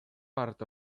part